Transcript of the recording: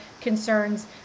concerns